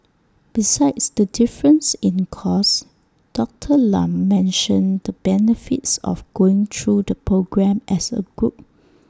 besides the difference in cost Doctor Lam mentioned the benefits of going through the programme as A group